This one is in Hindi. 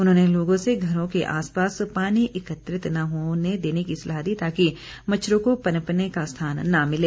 उन्होंने लोगों से घरों के आसपास पानी एकत्र न होने देने की सलाह दी ताकि मच्छरों को पनपने का स्थान न मिले